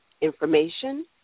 information